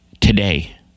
today